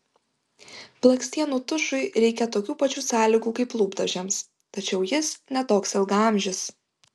blakstienų tušui reikia tokių pačių sąlygų kaip lūpdažiams tačiau jis ne toks ilgaamžis